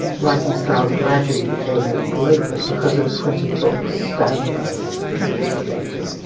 writing styles gradually became more global because of printed books standardising methods of writing.